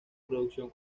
producción